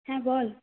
হ্যাঁ বল